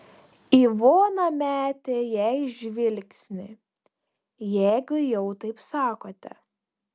ivona metė jai žvilgsnį jeigu jau taip sakote